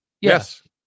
Yes